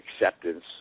acceptance